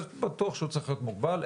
בטוח שהוא צריך להיות מוגבל,